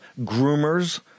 groomers